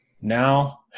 Now